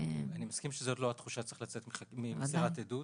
--- אני מסכים שזאת לא התחושה שצריך לצאת ממנה ממסירת עדות.